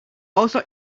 also